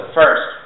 first